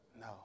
No